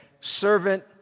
Servant